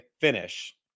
finish